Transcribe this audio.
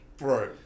Right